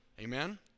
Amen